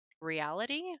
reality